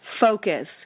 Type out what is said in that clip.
focus